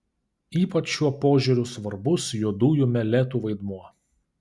ypač šuo požiūriu svarbus juodųjų meletų vaidmuo